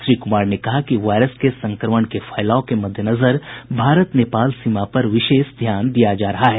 श्री कुमार ने कहा कि वायरस के संक्रमण के फैलाव के मद्देनजर भारत नेपाल सीमा पर विशेष ध्यान दिया जा रहा है